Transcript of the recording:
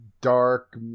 dark